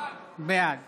בעד